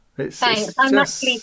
Thanks